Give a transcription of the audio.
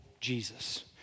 Jesus